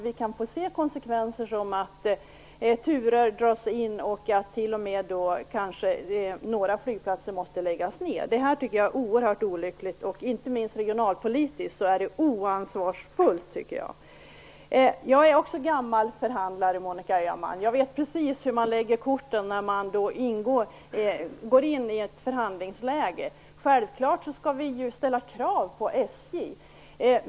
Vi kan få se konsekvenser som att turer dras in och några flygplatser t.o.m. måste läggas ned. Detta är oerhört olyckligt. Inte minst regionalpolitiskt är det oansvarsfullt. Jag är också gammal förhandlare, Monica Öhman, och vet precis hur man lägger korten när man går in i ett förhandlingsläge. Självfallet skall vi ställa krav på SJ.